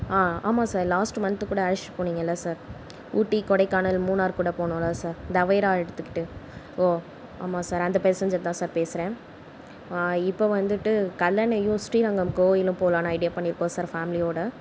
ஆ ஆமாம் sir last month கூட அழைச்சுட்டு போனிங்கள்லே சார் ஊட்டி கொடைக்கானல் மூணார் கூட போனோம்ல சார் தவேரா எடுத்துகிட்டு ஓ ஆமாம் சார் அந்த பேசஞ்சர் தான் சார் பேசுகிறேன் இப்போ வந்துட்டு கல்லணையும் ஸ்ரீரங்கம் கோயிலும் போகலாம்னு ஐடியா பண்ணியிருக்கோம் சார் ஃபேம்லியோட